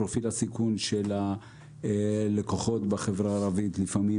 פרופיל הסיכון של הלקוחות בחברה הערבית הוא שונה לפעמים,